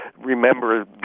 remember